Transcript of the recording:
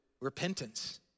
repentance